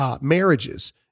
Marriages